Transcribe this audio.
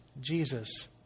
Jesus